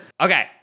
Okay